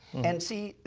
and see,